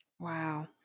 Wow